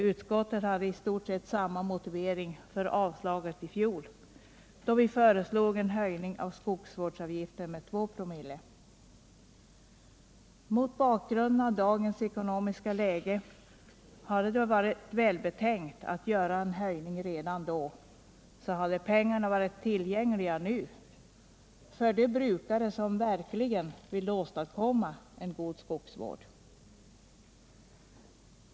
Utskottet hade i stort sett samma motivering för avslag i fjol, då vi föreslog en höjning av skogsvårdsavgiften till 2”/oo. Mot bakgrunden av dagens ekonomiska läge hade det varit välbetänkt att göra en höjning redan då, så att pengarna hade varit tillgängliga nu för de brukare som verkligen vill åstadkomma en god skogsvård.